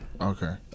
Okay